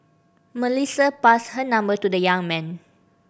Melissa passed her number to the young man